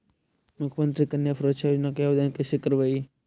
मुख्यमंत्री कन्या सुरक्षा योजना के आवेदन कैसे करबइ?